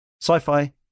Sci-fi